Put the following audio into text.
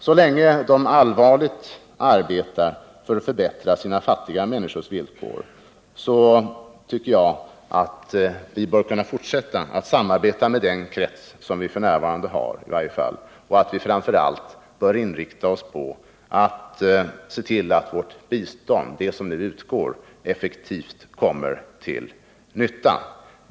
Så länge regeringarna arbetar för att förbättra sina fattiga medborgares villkor tycker jag att vi i varje fall bör kunna fortsätta att samarbeta med den krets som vi f. n. har, och att vi framför allt bör inrikta oss på att se till att vårt bistånd, det som nu utgår, effektivt kommer till nytta.